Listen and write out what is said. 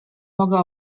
mogę